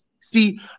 See